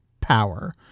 power